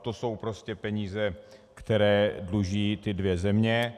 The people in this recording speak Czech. A to jsou prostě peníze, které dluží ty dvě země.